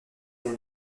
dans